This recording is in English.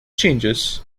changes